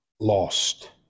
lost